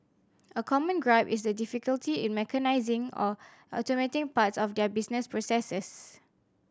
a common gripe is the difficulty in mechanising or automating parts of their business processes